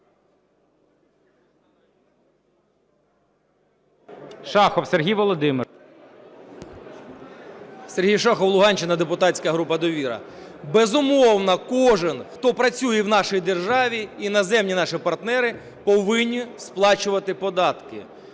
ШАХОВ С.В. Сергій Шахов, Луганщина, депутатська група "Довіра". Безумовно, кожен, хто працює в нашій державі, іноземні наші партнери, повинні сплачувати податки.